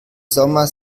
sommer